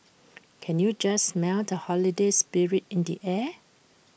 can you just smell the holiday spirit in the air